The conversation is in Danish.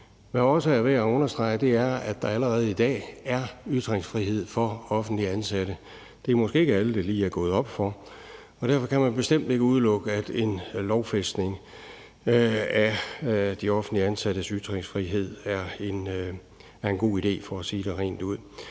er værd at understrege, er, at der allerede i dag er ytringsfrihed for offentligt ansatte. Det er måske ikke alle, det lige er gået op for, og derfor kan man bestemt ikke udelukke, at en lovfæstelse af de offentligt ansattes ytringsfrihed er en god idé